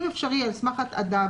אם אפשרי על סמך התעדה,